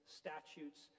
statutes